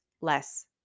less